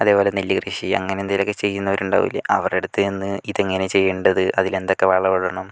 അതുപോലെ നെൽ കൃഷി അങ്ങനെ എന്തെങ്കിലുമൊക്കെ ചെയ്യുന്നവരും ഉണ്ടാവില്ലേ അവരുടെ അടുത്ത് ചെന്ന് ഇത് എങ്ങനെ ചെയ്യേണ്ടത് അതിൽ എന്തൊക്കെ വളം ഇടണം